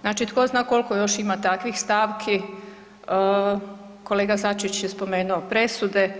Znači tko zna koliko još ima takvih stavki, kolega SAčić je spomenuo presude,